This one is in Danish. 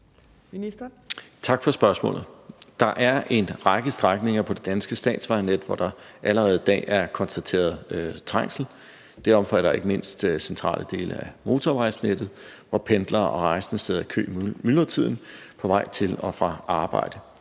Tak for spørgsmålet. Der er en række strækninger på det danske statsvejnet, hvor der allerede i dag er konstateret trængsel. Det omfatter ikke mindst centrale dele af motorvejsnettet, hvor pendlere og rejsende sidder i kø i myldretiden på vej til og fra arbejde.